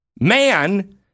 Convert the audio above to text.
man